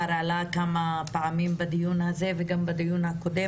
מספר פעמים בדיון הזה וגם בדיון הקודם.